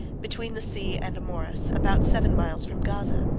between the sea and a morass, about seven miles from gaza.